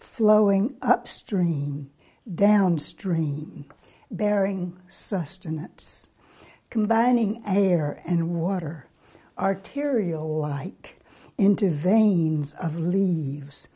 flowing up strain downstream bearing sustenance combining air and water arterial like intervenes of leaves